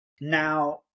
Now